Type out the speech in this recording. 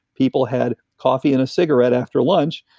people had coffee and a cigarette after lunch.